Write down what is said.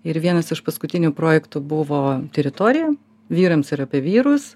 ir vienas iš paskutinių projektų buvo teritorija vyrams ir apie vyrus